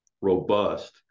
robust